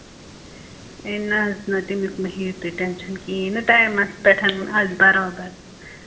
A نہ حظ نہ تمیُک نہٕ ہیِو تُہۍ ٹٮ۪نشَن کِہیٖنۍ نہٕ ٹایمَس پٮ۪ٹھ حظ برابر